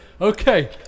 Okay